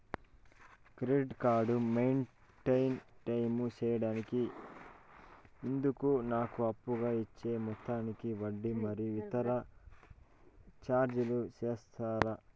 Credit card maintain time సేయడానికి ఇందుకు నాకు అప్పుగా ఇచ్చే మొత్తానికి వడ్డీ మరియు ఇతర చార్జీలు సెప్తారా?